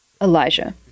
Elijah